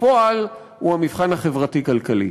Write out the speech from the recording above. בפועל הוא המבחן החברתי-כלכלי.